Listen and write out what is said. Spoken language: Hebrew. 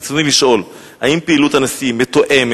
רצוני לשאול: האם פעילות הנשיא מתואמת